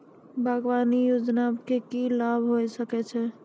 बागवानी योजना मे की लाभ होय सके छै?